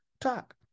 talk